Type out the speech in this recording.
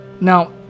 Now